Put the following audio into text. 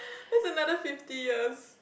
that's another fifty years